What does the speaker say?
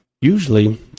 usually